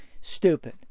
Stupid